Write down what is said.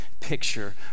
picture